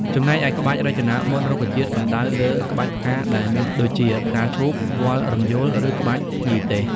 ចំណែកឯ ក្បាច់រចនាម៉ូដរុក្ខជាតិសំដៅលើ ក្បាច់ផ្កាដែលមានដូចជា ផ្កាឈូក វល្លិ៍រំយោល ឬក្បាច់ភ្ញីទេស។